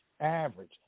average